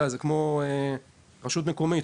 זה כמו רשות מקומית,